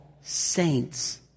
saints